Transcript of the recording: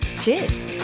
Cheers